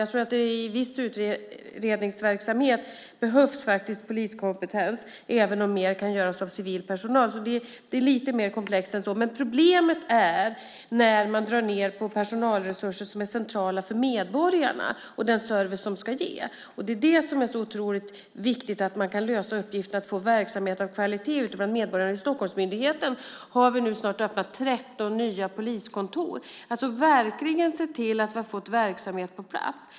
Jag tror att det i viss utredningsverksamhet faktiskt behövs poliskompetens även om mer kan göras av civil personal. Det är alltså lite mer komplext än så. Problemet är när man drar ned på personalresurser som är centrala för medborgarna och den service som ska ges. Det är det som är så otroligt viktigt, nämligen att man kan lösa uppgiften att få verksamhet av kvalitet ute bland medborgarna. I Stockholmsmyndigheten har vi nu snart öppnat 13 nya poliskontor och alltså verkligen sett till att vi har fått verksamhet på plats.